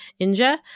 Inja